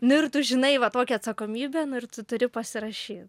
nu ir tu žinai va tokia atsakomybė nu ir tu turi pasirašyt